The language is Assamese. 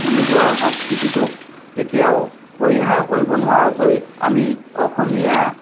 নিজৰ সংস্কৃতিটোক কেতিয়াও পৰিহাৰ কৰিব নোৱাৰাকৈ আমি অসমীয়া